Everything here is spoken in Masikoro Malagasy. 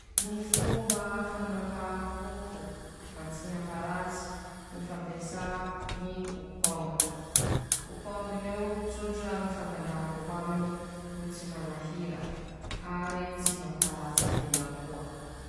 Fomba fañaliova ñy fitaratsy maloto, mifangaro aminy ñy ranom-boakazo :mampiasa teña lamba malemilemy, na ñy siky malemilemy asia an'iñy ranom-boakazo iñy manahaky ñy citron, afaky mampiasa vinaigre koa teña, iñy amizay ro ahosotsy fitaratsy iñy añaliova ñ'azy.